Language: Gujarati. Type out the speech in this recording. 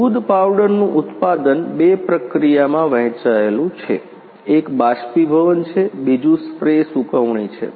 દૂધ પાવડરનું ઉત્પાદન બે પ્રક્રિયામાં વહેંચાયેલું છે એક બાષ્પીભવન છે બીજું સ્પ્રે સૂકવણી છે